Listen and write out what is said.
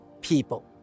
people